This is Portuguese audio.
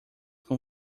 com